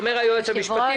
אומר היועץ המשפטי,